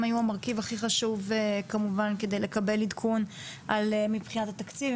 הם היו המרכיב הכי חשוב כמובן כדי לקבל עדכון מבחינת התקציב,